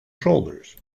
shoulders